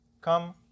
come